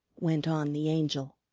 went on the angel.